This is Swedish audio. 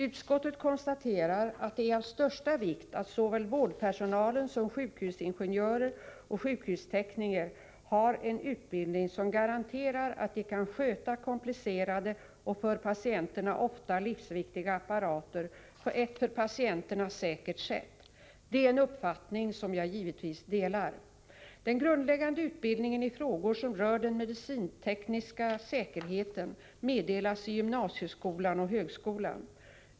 Utskottet konstaterar att det är av största vikt att såväl vårdpersonalen som sjukhusingenjörer och sjukhustekniker har en utbildning som garanterar att de kan sköta komplicerade och för patienterna ofta livsviktiga apparater på ett för patienterna säkert sätt. Det är en uppfattning som jag givetvis delar. Den grundläggande utbildningen i frågor som rör den medicintekniska säkerheten meddelas i gymnasieskolan och högskolan.